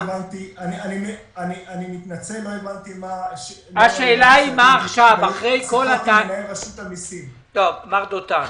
אני מתנצל, לא הבנתי --- מר דותן,